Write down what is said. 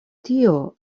tio